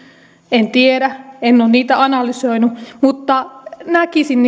en tiedä en ole niitä analysoinut mutta näkisin